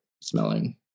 smelling